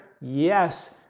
yes